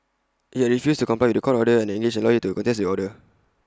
IT had refused to comply with The Court order and engaged A lawyer to contest the order